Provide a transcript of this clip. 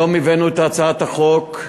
היום הבאנו את הצעת החוק.